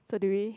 so do we